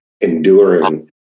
enduring